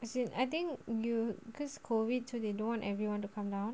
as in I think you because COVID too they don't want everyone to come down